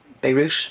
beirut